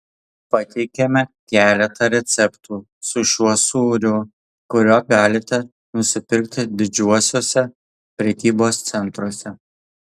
pateikiame keletą receptų su šiuo sūriu kurio galite nusipirkti didžiuosiuose prekybos centruose